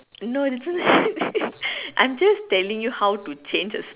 no isn't it I'm just tell you how to change a